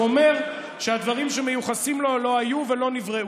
הוא אומר שהדברים שמיוחסים לו לא היו ולא נבראו,